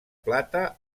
plata